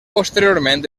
posteriorment